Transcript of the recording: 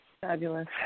Fabulous